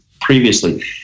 previously